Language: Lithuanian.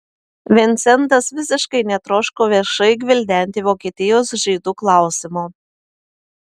vincentas visiškai netroško viešai gvildenti vokietijos žydų klausimo